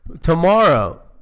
Tomorrow